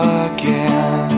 again